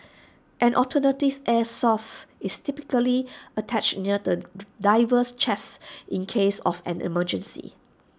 an alternative air source is typically attached near the diver's chest in case of an emergency